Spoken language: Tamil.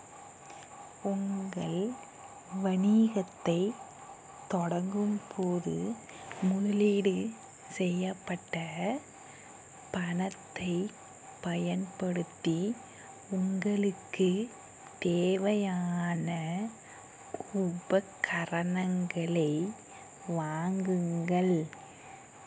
உங்கள் வணிகத்தைத் தொடங்கும்போது முதலீடு செய்யப்பட்ட பணத்தைப் பயன்படுத்தி உங்களுக்குத் தேவையான உபகரணங்களை வாங்குங்கள்